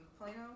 Plano